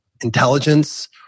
intelligence